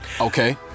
Okay